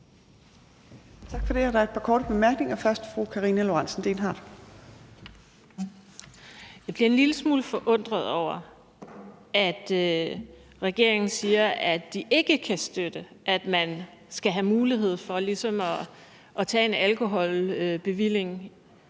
Jeg bliver en lille smule forundret over, at regeringen siger, at de ikke kan støtte, at man ligesom skal have mulighed for at fratage en alkoholbevilling